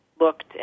looked